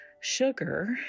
Sugar